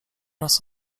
raz